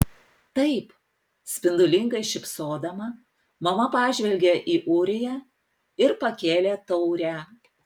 taip spindulingai šypsodama mama pažvelgė į ūriją ir pakėlė taurę